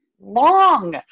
long